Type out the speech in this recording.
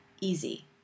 easy